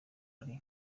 ari